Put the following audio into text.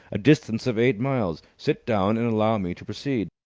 a distance of eight miles. sit down and allow me to proceed.